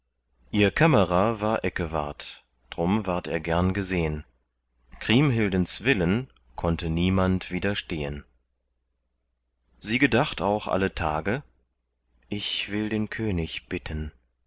ihr kämmerer war eckewart drum ward er gern gesehn kriemhildens willen konnte niemand widerstehen sie gedacht auch alle tage ich will den könig bitten